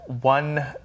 one